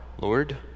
Lord